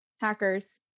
hackers